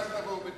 ואז תבואו בטענות.